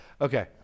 Okay